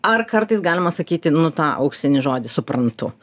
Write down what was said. ar kartais galima sakyti nu tą auksinį žodį suprantu